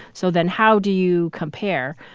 so then how do you compare?